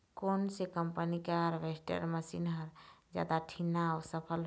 कोन से कम्पनी के हारवेस्टर मशीन हर जादा ठीन्ना अऊ सफल हे?